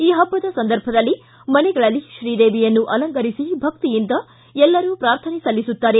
ಈ ಹಬ್ಬದ ಸಂದರ್ಭದಲ್ಲಿ ಮನೆಗಳಲ್ಲಿ ಶ್ರೀದೇವಿಯನ್ನು ಅಲಂಕರಿಸಿ ಭಕ್ತಿಯಿಂದ ಎಲ್ಲರೂ ಪ್ರಾರ್ಥನೆ ಸಲ್ಲಿಸುತ್ತಾರೆ